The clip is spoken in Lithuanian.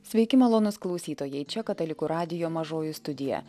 sveiki malonūs klausytojai čia katalikų radijo mažoji studija